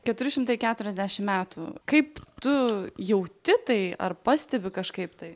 keturi šimtai keturiasdešim metų kaip tu jauti tai ar pastebi kažkaip tai